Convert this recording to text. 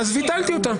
אז ביטלתי אותה.